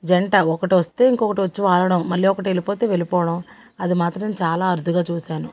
జంట ఒకటొస్తే ఇంకొకటి వచ్చి వాలడం మళ్ళీ ఒకటి వెళ్ళిపోతే వెళ్ళిపోవడం అది మాత్రం చాలా అరుదుగా చూశాను